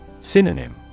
Synonym